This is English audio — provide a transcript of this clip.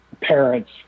parents